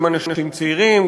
גם אנשים צעירים,